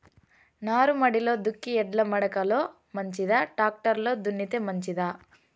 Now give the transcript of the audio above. నారుమడిలో దుక్కి ఎడ్ల మడక లో మంచిదా, టాక్టర్ లో దున్నితే మంచిదా?